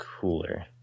cooler